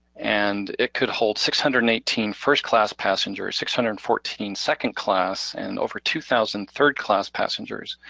and it could hold six hundred and eighteen first class passengers six hundred and fourteen second class, and over two thousand third class passengers.